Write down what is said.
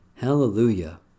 Hallelujah